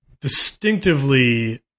distinctively